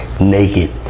naked